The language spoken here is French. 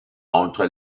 entre